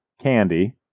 candy